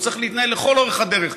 הוא צריך להתנהל לכל אורך הדרך,